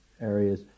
areas